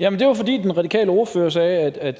(NB): Det var, fordi den radikale ordfører sagde,